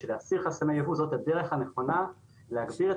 כי להסיר חסמי יבוא זאת הדרך הנכונה להסיר את